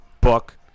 book